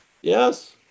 Yes